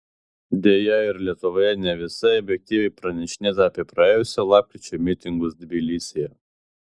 deja ir lietuvoje ne visai objektyviai pranešinėta apie praėjusio lapkričio mitingus tbilisyje